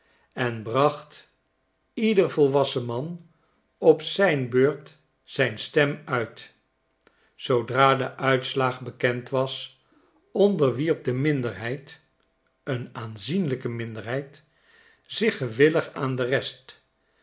en bracht ieder volwassen man op zijn beurt zijn stem uit zoodra de uitslag bekend was onderwierp de minderheid een aanzienlijke minderheid zich gewillig aan de rest